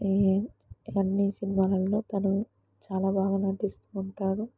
అన్ని సినిమాలల్లో తను చాలా బాగా నటిస్తూ ఉంటాడు